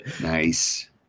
Nice